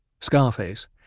Scarface